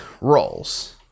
roles